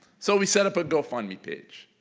so we set up a gofundme page.